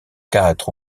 quatre